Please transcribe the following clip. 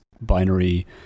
binary